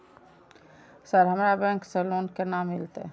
Sir हमरा bank से loan केना मिलते?